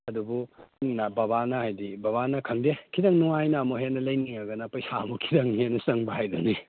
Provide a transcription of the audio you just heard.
ꯑꯗꯨꯕꯨ ꯕꯕꯥꯅ ꯍꯥꯏꯗꯤ ꯕꯕꯥꯅ ꯈꯪꯗꯦ ꯈꯤꯇꯪ ꯅꯨꯡꯉꯥꯏꯅ ꯑꯃꯨꯛ ꯍꯦꯟꯅ ꯂꯩꯅꯤꯡꯉꯒꯅ ꯄꯩꯁꯥ ꯑꯃꯨꯛ ꯈꯤꯇꯪ ꯍꯦꯟꯅ ꯆꯪꯕ ꯍꯥꯏꯗꯨꯅꯤ